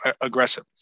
aggressive